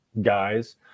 guys